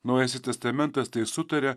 naujasis testamentas tai sutaria